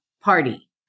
party